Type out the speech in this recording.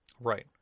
Right